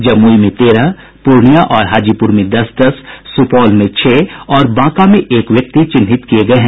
जमुई में तेरह पूर्णिया और हाजीपुर में दस दस सुपौल में छह और बांका में एक व्यक्ति चिन्हित किये गये हैं